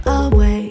away